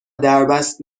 دربست